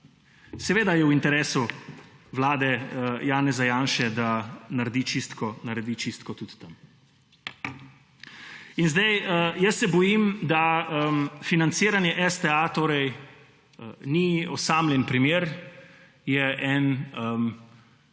Seveda je v interesu vlade Janeza Janše, da naredi čistko tudi tam. In zdaj jaz se bojim, da financiranje STA, torej ni osamljen primer, je en tam